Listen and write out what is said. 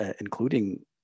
including